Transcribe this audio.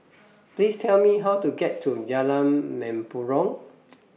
Please Tell Me How to get to Jalan Mempurong